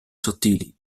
sottili